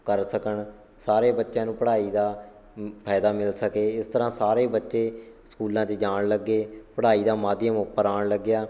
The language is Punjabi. ਕਰ ਸਕਣ ਸਾਰੇ ਬੱਚਿਆਂ ਨੂੰ ਪੜ੍ਹਾਈ ਦਾ ਮ ਫਾਇਦਾ ਮਿਲ ਸਕੇ ਇਸ ਤਰ੍ਹਾਂ ਸਾਰੇ ਬੱਚੇ ਸਕੂਲਾਂ 'ਚ ਜਾਣ ਲੱਗੇ ਪੜ੍ਹਾਈ ਦਾ ਮਾਧਿਅਮ ਉੱਪਰ ਆਉਣ ਲੱਗਿਆ